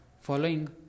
Following